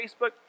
Facebook